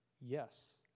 Yes